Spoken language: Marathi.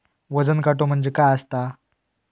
वजन काटो म्हणजे काय असता?